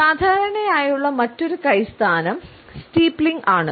സാധാരണയായുള്ള മറ്റൊരു കൈ സ്ഥാനം സ്റ്റീപ്ലിംഗ് ആണ്